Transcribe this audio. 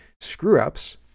screw-ups